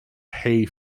hay